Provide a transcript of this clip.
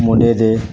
ਮੁੰਡੇ ਦੇ